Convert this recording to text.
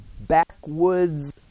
backwoods